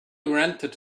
rented